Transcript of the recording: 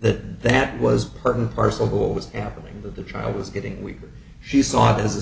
that that was part and parcel of what was happening that the child was getting weaker she saw it as a